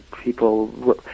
People